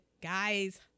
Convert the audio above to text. guys